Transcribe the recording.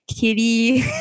kitty